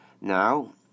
Now